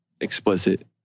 explicit